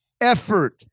effort